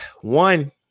one